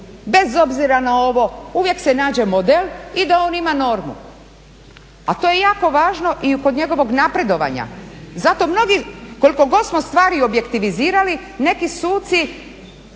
bez obzira na ovo. Uvijek se nađe model i da on ima normu, a to je jako važno i kod njegovog napredovanja. Zato mnogi, koliko god smo stvari objektivizirali neku suci